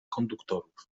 konduktorów